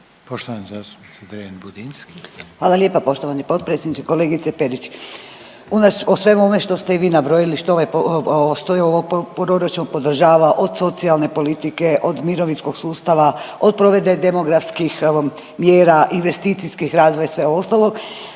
Budinski, Nadica (HDZ)** Hvala lijepa poštovani potpredsjedniče. Kolegice Perić o svemu ovome što ste i vi nabrojili, što ovaj proračun podržava od socijalne politike, od mirovinskog sustava, od provedbe demografskih mjera, investicijski razvoj i sveg ostalog